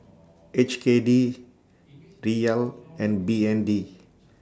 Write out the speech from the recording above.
H K D Riel and B N D